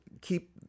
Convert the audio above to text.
keep